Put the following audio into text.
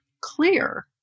clear